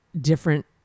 different